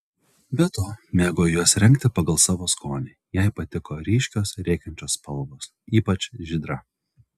be to mėgo juos rengti pagal savo skonį jai patiko ryškios rėkiančios spalvos ypač žydra